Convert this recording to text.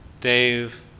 dave